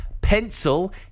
pencil